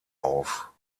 auf